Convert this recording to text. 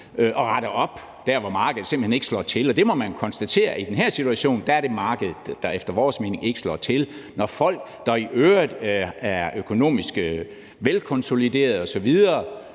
og rette op der, hvor markedet simpelt hen ikke slår til, og man må i den her situation konstatere, at der er det markedet, der efter vores mening ikke slår til. Når folk, der i øvrigt er økonomisk velkonsoliderede osv.,